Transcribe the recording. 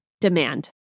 demand